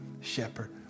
shepherd